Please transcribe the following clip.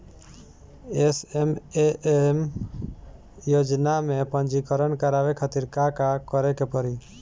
SMAM योजना में पंजीकरण करावे खातिर का का करे के पड़ी?